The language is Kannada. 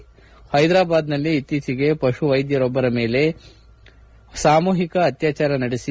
ಪ್ಲೆದ್ದಾಬಾದ್ನಲ್ಲಿ ಇತ್ತೀಚೆಗೆ ಪಶುವ್ಲೆದ್ದೆಯೊಬ್ಲರ ಮೇಲೆ ಸಾಮೂಹಿಕ ಅತ್ನಾಚಾರ ನಡೆಸಿ